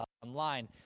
online